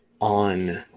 on